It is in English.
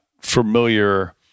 familiar